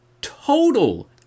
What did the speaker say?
total